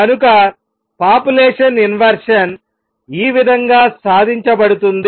కనుక population inversion ఈ విధంగా సాధించబడుతుంది